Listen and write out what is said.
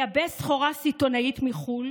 לייבא סחורה סיטונאית מחו"ל